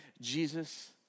Jesus